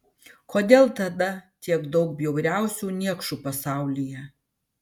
kodėl tada tiek daug bjauriausių niekšų pasaulyje